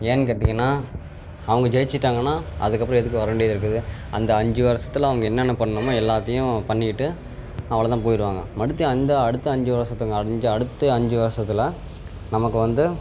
ஏன்னு கேட்டீங்கன்னால் அவங்க ஜெயிச்சிட்டாங்கன்னால் அதுக்கப்புறம் எதுக்கு வர வேண்டியது இருக்குது அந்த அஞ்சு வருஷத்தில் அவங்க என்னென்ன பண்ணுமோ எல்லாத்தையும் பண்ணிக்கிட்டு அவ்வளோ தான் போயிடுவாங்க மறுடியும் அந்த அடுத்த அஞ்சு வருஷத்து அஞ்சு அடுத்து அஞ்சு வருஷத்தில் நமக்கு வந்து